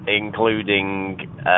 including